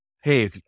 Hey